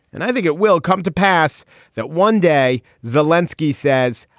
and i think it will come to pass that one day, zelinski says.